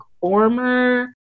former